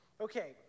Okay